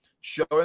showing